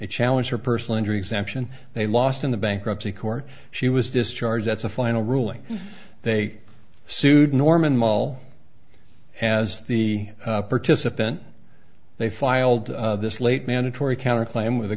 to challenge her personal injury exemption they lost in the bankruptcy court she was discharged that's a final ruling they sued norman model and as the participant they filed this late mandatory counter claim with the